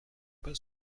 pas